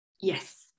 Yes